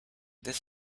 this